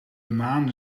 maan